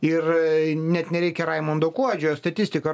ir net nereikia raimundo kuodžio statistika